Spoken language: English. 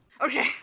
Okay